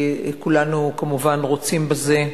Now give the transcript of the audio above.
כולנו כמובן רוצים בזה.